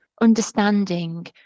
understanding